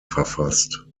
verfasst